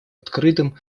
открытым